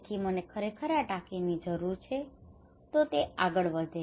તેથી મને ખરેખર આ ટાંકીની જરૂર છે જેથી તે આગળ વધે